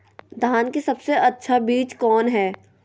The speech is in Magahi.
धान की सबसे अच्छा बीज कौन है?